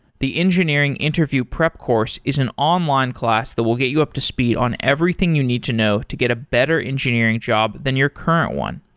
the engineering interview prep course is an online class that will get you up to speed on everything you need to know to get a better engineering job than your current one.